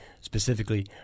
specifically